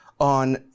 on